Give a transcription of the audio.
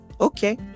okay